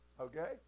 okay